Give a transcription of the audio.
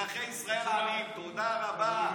אזרחי ישראל העניים, תודה רבה.